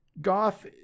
Goff